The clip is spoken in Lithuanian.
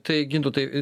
tai gintautai